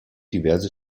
diverse